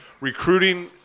recruiting